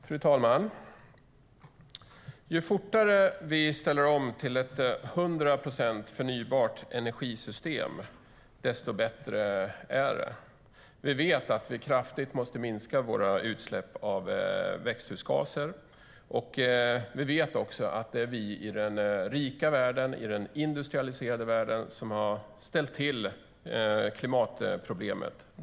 Fru talman! Ju fortare vi ställer om till ett system med hundra procent förnybar energi, desto bättre är det. Vi vet att vi kraftigt måste minska våra utsläpp av växthusgaser. Vi vet också att det är vi i den rika, industrialiserade världen som har ställt till klimatproblemet.